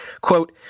Quote